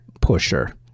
pusher